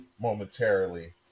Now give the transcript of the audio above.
momentarily